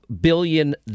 billion